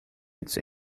its